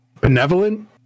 benevolent